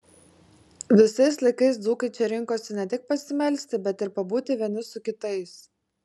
visais laikais dzūkai čia rinkosi ne tik pasimelsti bet ir pabūti vieni su kitais